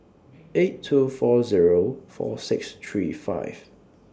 eight two four Zero four six three five